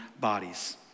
bodies